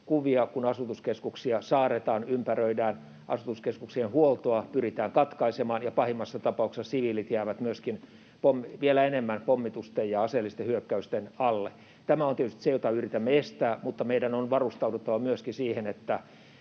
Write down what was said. kuvia, kun asutuskeskuksia saarretaan, ympäröidään, asutuskeskuksien huoltoa pyritään katkaisemaan ja pahimmassa tapauksessa myöskin siviilit jäävät vielä enemmän pommitusten ja aseellisten hyökkäysten alle. Tämä on tietysti se, jota yritämme estää, mutta meidän on varustauduttava myöskin siihen, että